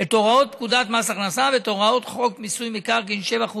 את הוראות פקודת מס הכנסה ואת הוראות חוק מיסוי מקרקעין (שבח ורכישה),